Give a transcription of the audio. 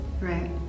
right